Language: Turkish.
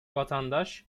vatandaş